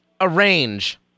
arrange